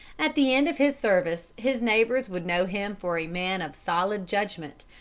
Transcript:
at the end of his service his neighbors would know him for a man of solid judgment,